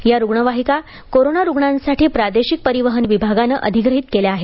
या रुग्णवाहिका कोरोना रुग्णांसाठी प्रादेशिक परिवहन विभागाने अधिग्रहित केल्या आहेत